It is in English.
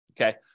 okay